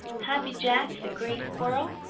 happy jack the gray squirrel,